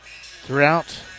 throughout